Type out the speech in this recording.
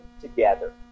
together